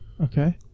Okay